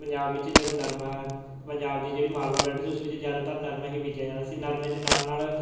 ਪੰਜਾਬ ਵਿੱਚ ਜਦੋਂ ਨਰਮਾ ਪੰਜਾਬ ਦੀ ਜਿਹੜੀ ਮਾਲਵਾ ਬੈਲਟ ਸੀ ਉਸ ਵਿੱਚ ਜ਼ਿਆਦਾਤਰ ਨਰਮਾ ਹੀ ਬੀਜਿਆ ਜਾਂਦਾ ਸੀ ਨਰਮੇ ਦੇ ਨਾਲ ਨਾਲ